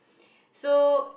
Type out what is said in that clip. so